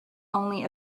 only